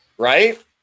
Right